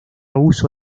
uso